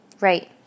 Right